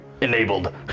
enabled